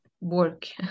work